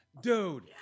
Dude